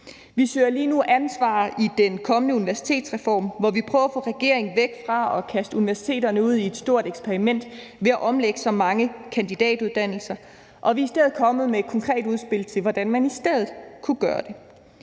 Vi søger lige nu ansvar i den kommende universitetsreform og prøver at få regeringen væk fra at kaste universiteterne ud i et stort eksperiment ved at omlægge så mange kandidatuddannelser, og vi er kommet med et konkret udspil til, hvordan man i stedet kunne gøre det.